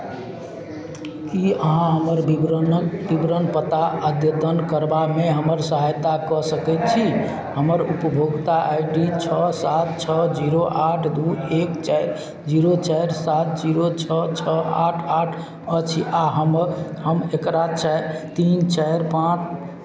की अहाँ हमर विवरणक विवरण पता अद्यतन करबामे हमर सहायता कऽ सकैत छी हमर उपभोक्ता आइ डी छओ सात छओ जीरो आठ दू एक चारि जीरो चारि सात जीरो छओ छओ आठ आठ अछि आ हमर हम एकरा चारि तीन चारि पाँच